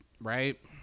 right